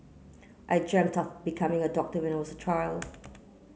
I dreamt of becoming a doctor when I was a child